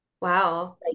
Wow